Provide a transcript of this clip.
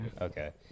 Okay